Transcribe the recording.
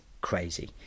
crazy